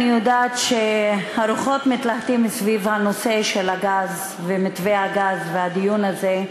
אני יודעת שהרוחות מתלהטות סביב הנושא של הגז ומתווה הגז והדיון הזה,